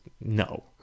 no